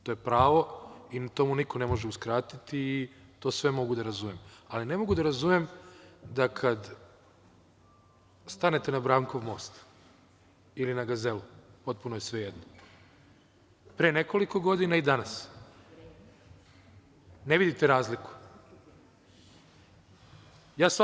To je pravo, i to mu niko ne može uskratiti, i to sve mogu da razumem, ali ne mogu da razumem da kad stanete na Brankov most ili na Gazelu, potpuno je svejedno, pre nekoliko godina i danas, da ne vidite razliku.